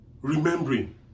remembering